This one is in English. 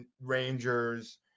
Rangers